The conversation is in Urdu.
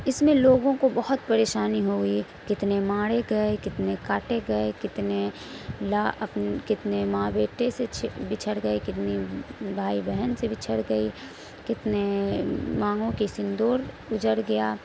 اس میں لوگوں کو بہت پریشانی ہو گئی کتنے مارے گئے کتنے کاٹے گئے کتنے لا اپنے کتنے ماں بیٹے سے بچھڑ گئے کتنی بھائی بہن سے بچھڑ گئی کتنے مانگوں کے سندور اجڑ گیا